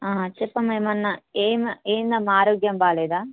చెప్పమ్మ ఏమన్న ఏమ ఏంది అమ్మ ఆరోగ్యం బాలేదా